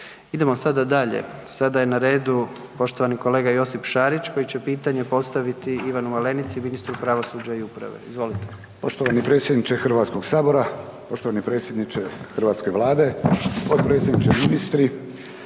Idemo sada dalje, sada je na redu poštovani kolega Josip Šarić koji će pitanje postaviti Ivanu Malenici, ministru pravosuđa i uprave, izvolite. **Šarić, Josip (HDZ)** Poštovani predsjedniče Hrvatskog sabora, poštovani predsjednike hrvatske Vlade, potpredsjedniče i ministri,